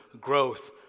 growth